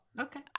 Okay